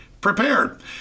prepared